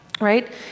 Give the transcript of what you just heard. right